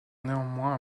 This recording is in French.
néanmoins